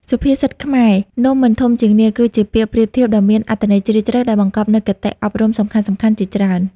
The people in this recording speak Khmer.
សុភាសិតខ្មែរ នំមិនធំជាងនាឡិ គឺជាពាក្យប្រៀបធៀបដ៏មានអត្ថន័យជ្រាលជ្រៅ ដែលបង្កប់នូវគតិអប់រំសំខាន់ៗជាច្រើន ។